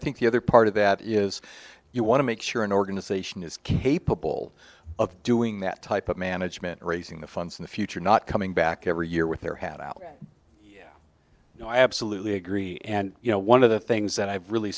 think the other part of that is you want to make sure an organization is capable of doing that type of management raising the funds in the future not coming back every year with their hand out yeah no i absolutely agree and you know one of the things that i've really